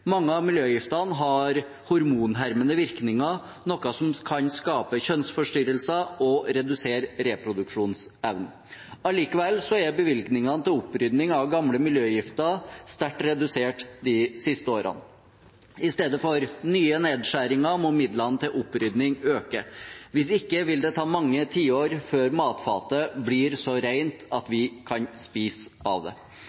Mange av miljøgiftene har hormonhermende virkninger, noe som kan skape kjønnsforstyrrelser og redusere reproduksjonsevnen. Allikevel er bevilgningene til opprydning av gamle miljøgifter sterkt redusert de siste årene. I stedet for nye nedskjæringer må midlene til opprydning økes. Hvis ikke vil det ta mange tiår før matfatet blir så rent at vi kan spise av det.